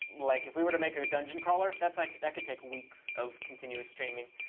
like if we were to make a dungeon crawler, that's like, that could take weeks of continuous streaming.